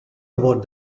about